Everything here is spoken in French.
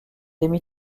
émis